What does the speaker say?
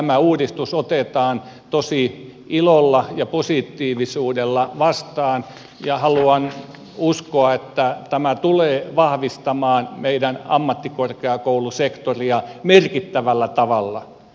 tämä uudistus otetaan tosiaan ilolla ja positiivisuudella vastaan ja haluan uskoa että tämä tulee vahvistamaan meidän ammattikorkeakoulusektoria merkittävällä tavalla